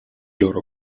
loro